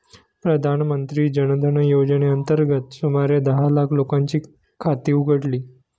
प्रधानमंत्री जन धन योजनेअंतर्गत सुमारे दहा लाख लोकांची खाती उघडली